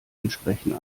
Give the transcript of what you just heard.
entsprechen